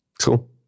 Cool